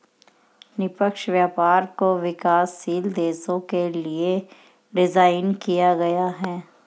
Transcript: निष्पक्ष व्यापार को विकासशील देशों के लिये डिजाइन किया गया है